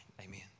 Amen